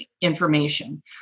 information